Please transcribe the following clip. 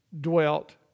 dwelt